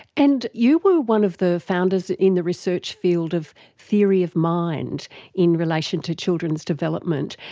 and you were one of the founders in the research field of theory of mind in relation to children's development.